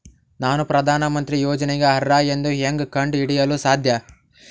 ನಾನು ಪ್ರಧಾನ ಮಂತ್ರಿ ಯೋಜನೆಗೆ ಅರ್ಹ ಎಂದು ಹೆಂಗ್ ಕಂಡ ಹಿಡಿಯಲು ಸಾಧ್ಯ?